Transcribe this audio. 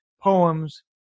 poems